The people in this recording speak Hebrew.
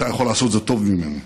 אתה יכול לעשות זאת טוב ממני.